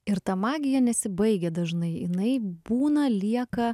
ir ta magija nesibaigia dažnai jinai būna lieka